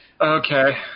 Okay